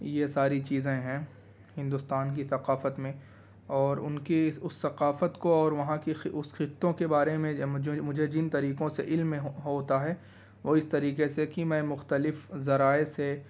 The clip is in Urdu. یہ ساری چیزیں ہیں ہندوستان کی ثقافت میں اور ان کی اس ثقافت کو اور وہاں کی اس خطوں کے بارے میں جو مجھے جن طریقوں سے علم ہوتا ہے وہ اس طریقے سے کہ میں مختلف ذرائع سے